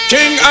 King